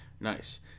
nice